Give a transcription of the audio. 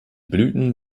blüten